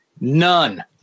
None